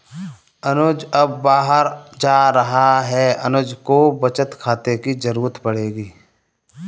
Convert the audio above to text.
अनुज अब बाहर जा रहा है अनुज को बचत खाते की जरूरत पड़ेगी